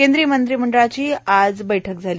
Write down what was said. केंद्रीय मंत्रिमंडळाची आज बैठक झाली